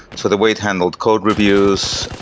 so the way it handled code reviews,